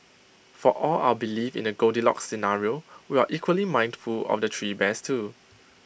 for all our belief in A goldilocks scenario we are equally mindful of the three bears too